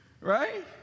Right